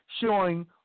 showing